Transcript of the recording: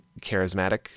charismatic